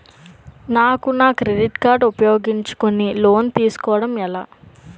నాకు నా credit card ఉపయోగించుకుని లోన్ తిస్కోడం ఎలా?